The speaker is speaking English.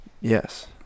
Yes